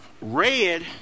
Red